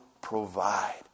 provide